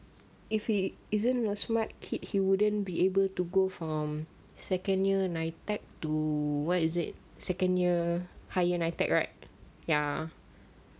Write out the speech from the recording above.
if he isn't a smart kid he wouldn't be able to go from second year NITEC to what is it second year higher NITEC right ya